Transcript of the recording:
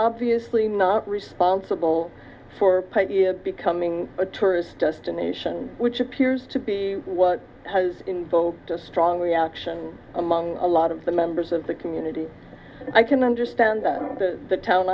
obviously not responsible for becoming a tourist destination which appears to be what has invoked a strong reaction among a lot of the members of the community i can understand that the t